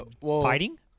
fighting